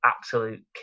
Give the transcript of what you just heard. absolute